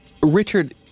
Richard